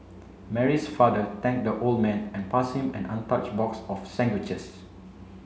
Mary's father thanked the old man and passed him an untouched box of sandwiches